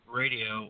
radio